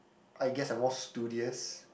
I guess I'm more studious